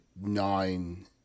nine